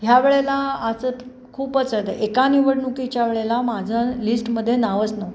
ह्या वेळेला असं खूपच आहे ते एका निवडणुकीच्या वेळेला माझं लिस्टमध्ये नावच नव्हतं